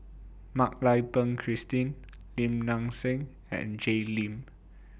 Mak Lai Peng Christine Lim Nang Seng and Jay Lim